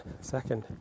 Second